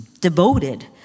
devoted